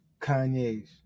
Kanyes